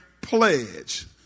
pledge